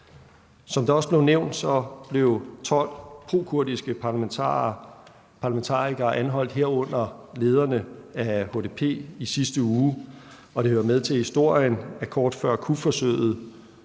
Som det også blev nævnt, blev 12 prokurdiske parlamentarikere, herunder lederne af HDP, anholdt i sidste uge, og det hører med til historien, at kort før kupforsøget